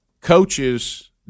coaches